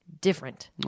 different